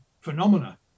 phenomena